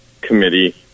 committee